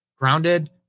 Grounded